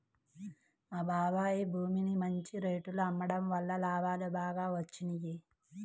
మా బాబాయ్ భూమిని మంచి రేటులో అమ్మడం వల్ల లాభాలు బాగా వచ్చినియ్యి